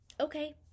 okay